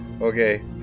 okay